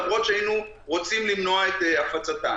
למרות שהיינו רוצים למנוע את הפצתן.